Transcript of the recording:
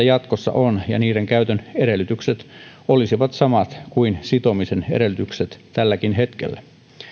jatkossa on ja niiden käytön edellytykset olisivat samat kuin sitomisen edellytykset tälläkin hetkellä